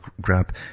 grab